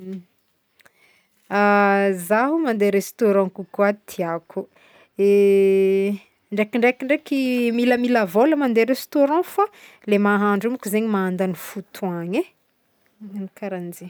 Zaho mande restaurant kokoà tiàko, de ndraikindraiky ndraiky milamila vola mande restaurant fô le mahandro io mô ko zegny mandagny fotogna e, magnagno karaha zegny.